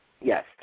Yes